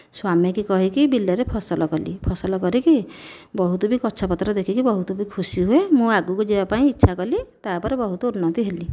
ସ୍ୱାମୀକି କହିକି ବିଲରେ ଫସଲ କଲି ଫସଲ କରିକି ବହୁତ ବି ଗଛ ପତ୍ର ଦେଖିକି ବହୁତ ବି ଖୁସି ହୁଏ ମୁଁ ଆଗକୁ ଯିବାପାଇଁ ଇଚ୍ଛା କଲି ତାପରେ ବହୁତ ଉର୍ନ୍ନତି ହେଲି